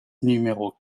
numéros